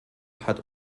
hat